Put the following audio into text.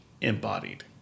embodied